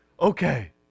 okay